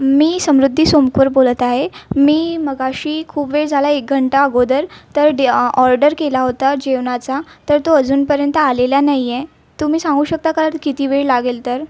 मी समृद्धी सोमकुंवर बोलत आहे मी मगाशी खूप वेळ झाला एक घंटा अगोदर तर ते ऑर्डर केला होता जेवणाचा तर तो अजूनपर्यंत आलेला नाही आहे तुम्ही सांगू शकता कार् किती वेळ लागेल तर